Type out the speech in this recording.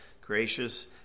gracious